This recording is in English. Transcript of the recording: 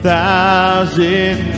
Thousand